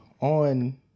on